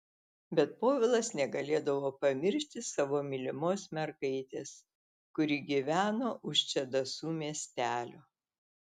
bet povilas negalėdavo pamiršti savo mylimos mergaitės kuri gyveno už čedasų miestelio